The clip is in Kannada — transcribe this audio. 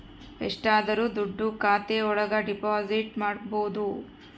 ಎಷ್ಟಾದರೂ ದುಡ್ಡು ಖಾತೆ ಒಳಗ ಡೆಪಾಸಿಟ್ ಮಾಡ್ಬೋದು